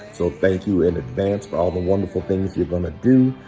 so thank you in advance for all the wonderful things you're going to do,